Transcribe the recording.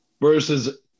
versus